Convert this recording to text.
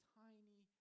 tiny